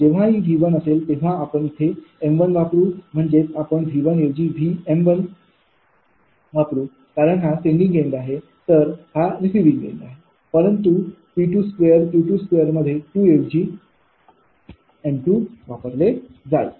जेव्हाही 𝑉 असेल तेव्हा आपण इथे m1वापरू म्हणजे आपण 𝑉 ऐवजी 𝑉 वापरून कारण हा सेंडिंग एन्ड आहे तर हा रिसिविंग एन्ड आहे परंतु P2Q2 मध्ये 2 ऐवजी m2वापरले जाईल